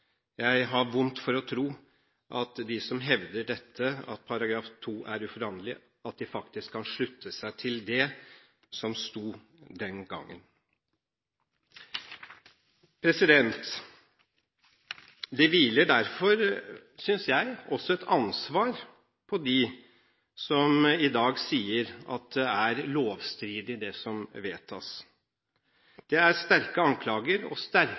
Jeg har vondt for å tro at de som hevder at § 2 er uforanderlig, faktisk kan slutte seg til det som sto den gangen. Det hviler derfor, synes jeg, også et ansvar på dem som i dag sier at det som vedtas, er lovstridig. Det er sterke anklager, og